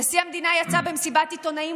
נשיא המדינה יצא במסיבת עיתונאים,